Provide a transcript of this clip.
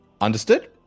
Understood